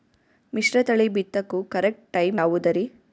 ಮಿಶ್ರತಳಿ ಬಿತ್ತಕು correct time ಯಾವುದರಿ?